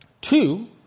Two